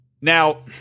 Now